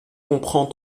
comprend